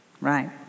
Right